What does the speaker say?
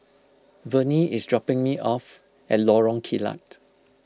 Vernie is dropping me off at Lorong Kilat